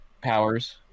Powers